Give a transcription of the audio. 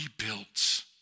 rebuilt